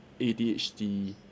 ADHD